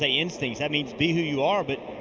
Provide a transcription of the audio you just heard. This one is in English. ah instincts. that means be who you are, but